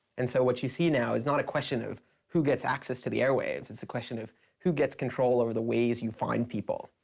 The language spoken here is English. and so what you see now is not a question of who gets access to the airwaves. it's the question of who gets control over the ways you find people?